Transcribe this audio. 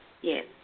Yes